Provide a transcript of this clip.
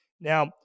Now